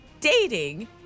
dating